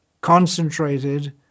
concentrated